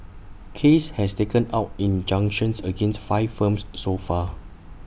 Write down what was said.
case has taken out injunctions against five firms so far